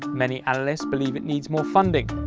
many analysts believe it needs more funding,